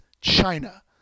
China